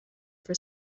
for